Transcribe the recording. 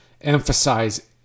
emphasize